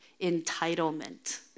entitlement